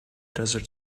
desert